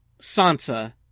Sansa